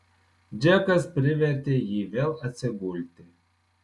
džekas privertė jį vėl atsigulti